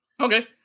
okay